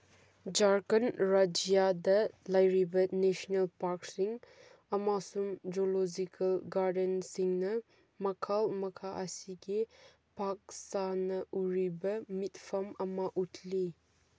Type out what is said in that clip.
ꯖꯔꯈꯟ ꯔꯥꯖ꯭ꯌꯥꯗ ꯂꯩꯔꯤꯕ ꯅꯦꯁꯅꯦꯜ ꯄꯥꯔꯛꯁꯤꯡ ꯑꯃꯁꯨꯡ ꯖꯨꯂꯣꯖꯤꯀꯜ ꯒꯥꯔꯗꯟꯁꯤꯡꯅ ꯃꯈꯜ ꯃꯈꯥ ꯑꯁꯤꯒꯤ ꯄꯥꯛ ꯁꯥꯟꯅ ꯎꯔꯤꯕ ꯃꯤꯠꯐꯝ ꯑꯃ ꯎꯠꯂꯤ